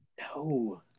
No